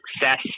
success